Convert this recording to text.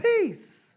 Peace